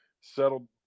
Settled